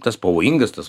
tas pavojingas tas